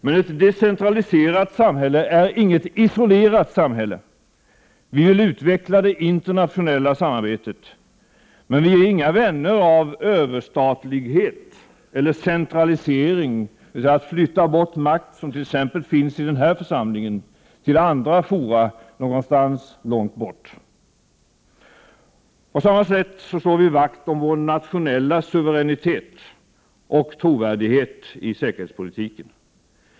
Men ett decentraliserat samhälle är inget isolerat samhälle. Vi vill utveckla det internationella samarbetet. Men vi är inga vänner av överstatlighet eller centralisering, dvs. att flytta bort makt som finns t.ex. i den här församlingen till andra fora någonstans långt bort. På samma sätt slår vi vakt om vår nationella suveränitet och trovärdighet i säkerhetspolitiken.